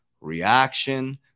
reaction